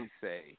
say